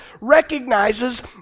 recognizes